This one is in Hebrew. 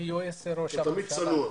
תמיד צנוע.